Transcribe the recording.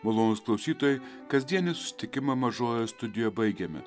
malonūs klausytojai kasdienį susitikimą mažojoje studijoje baigiame